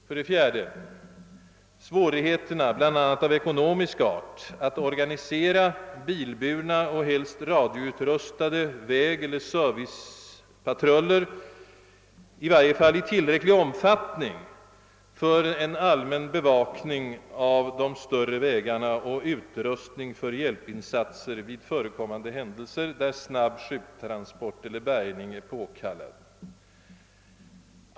För det fjärde: Svårigheterna, bl.a. av ekonomisk art, är stora att organisera bilburna och helst radioutrustade servicepatruller, i varje fall i tillräcklig omfattning för en allmän bevakning av de större vägarna och med utrustning för hjälpinsatser när snabba sjuktransporter eller bärgningar är påkallade.